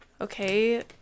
okay